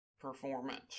performance